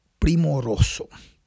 Primoroso